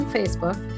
Facebook